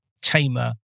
tamer